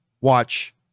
watch